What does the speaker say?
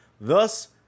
Thus